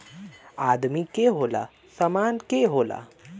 आदमी के होला, सामान के होला